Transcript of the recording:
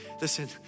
listen